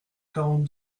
quarante